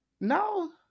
no